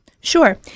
Sure